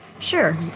Sure